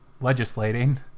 legislating